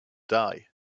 die